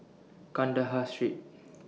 Kandahar Street